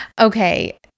Okay